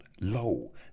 lo